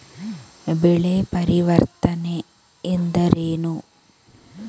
ಬೆಳೆ ಪರಿವರ್ತನೆ ಎಂದರೇನು?